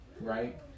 right